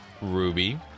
ruby